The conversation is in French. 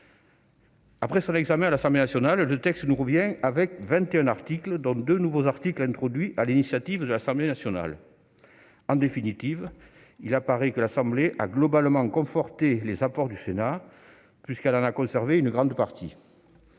Après son examen à l'Assemblée nationale, le texte nous revient avec 21 articles, dont deux nouveaux articles introduits sur l'initiative de l'Assemblée nationale. En définitive, il apparaît que l'Assemblée nationale a globalement conforté les apports du Sénat puisqu'elle en a conservé une grande partie.